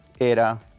era